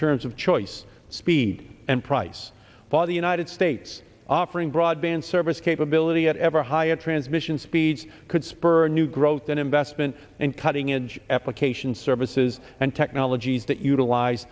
terms of choice speed and price by the united states offering broadband service capability at ever higher transmission speeds could spur a new growth in investment and cutting edge efficacious services and technologies that utilize